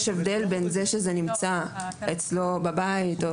יש הבדל בין זה שזה נמצא אצלו בבית או